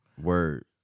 Word